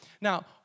Now